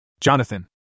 Jonathan